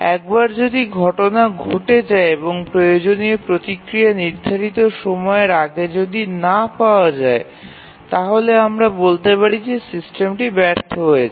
একবার যদি ঘটনা ঘটে যায় এবং প্রয়োজনীয় প্রতিক্রিয়া নির্ধারিত সময়ের আগে যদি না পাওয়া যায় তাহলে আমরা বলতে পারি যে সিস্টেমটি ব্যর্থ হয়েছে